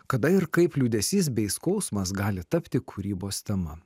kada ir kaip liūdesys bei skausmas gali tapti kūrybos tema